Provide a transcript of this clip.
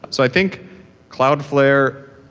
so i think cloudflare,